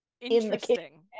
interesting